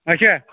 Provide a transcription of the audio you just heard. اَچھا